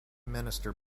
minister